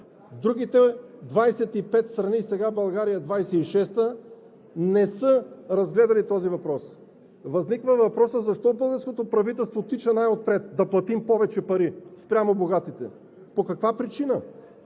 Другите 25 страни, сега България – 26-та, не са разгледали този въпрос. Възниква въпросът: защо българското правителство тича най-отпред да плати повече пари спрямо богатите? По каква причина?